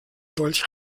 dolch